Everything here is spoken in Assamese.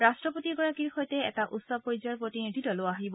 ৰাট্টপতিগৰাকীৰ সৈতে এটা উচ্চ পৰ্যায়ৰ প্ৰতিনিধি দলো আহিব